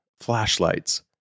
flashlights